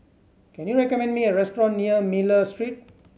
can you recommend me a restaurant near Miller Street